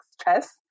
stress